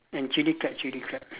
and chili crab chili crab